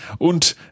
und